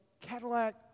Cadillac